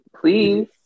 Please